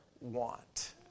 want